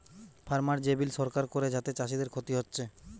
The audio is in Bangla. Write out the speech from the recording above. ফার্মার যে বিল সরকার করে যাতে চাষীদের ক্ষতি হচ্ছে